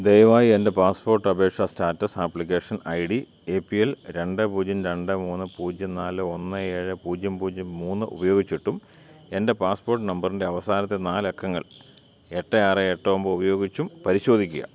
ദയവായി എൻ്റെ പാസ്പോർട്ട് അപേക്ഷാ status application I D A P L രണ്ട് പൂജ്യം രണ്ട് മൂന്ന് പൂജ്യം നാല് ഒന്ന് ഏഴ് പൂജ്യം പൂജ്യം മൂന്ന് ഉപയോഗിച്ചിട്ടും എൻ്റെ പാസ്പോർട്ട് നമ്പറിൻ്റെ അവസാനത്തെ നാലക്കങ്ങൾ എട്ട് ആറ് എട്ട് ഒൻപത് ഉപയോഗിച്ചും പരിശോധിക്കുക